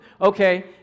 Okay